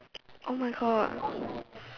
oh my god